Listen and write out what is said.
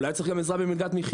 אולי הוא צריך גם עזרה במלגת מחייה.